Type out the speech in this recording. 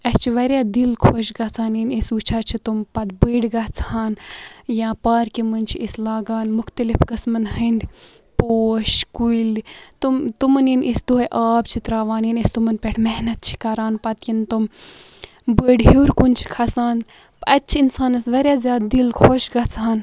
اَسہِ چھُ واریاہ دِل خۄش گَژھان ییٚلہِ أسۍ وٕچھان چھِ تِم پَتہٕ بٔڑۍ گَژھان یا پارکہِ مَنٛز چھِ أسۍ لاگان مُختلِف قٕسمَن ہٕنٛدۍ پوش کُلۍ تِم تِمن ییٚلہِ أسۍ دُہٲے آب چھِ تراوان ییٚلہِ أسۍ تِمن پیٹھ محنَت چھِ کَران پَتہٕ ییٚلہِ تِم بٔڑۍ ہیٚور کُن چھِ کھَسان اَتہِ چھِ اِنسانَس واریاہ زیادٕ دِل خۄش گَژھان